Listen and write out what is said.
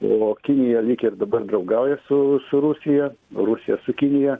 o kinija lyg ir dabar draugauja su su rusija rusija su kinija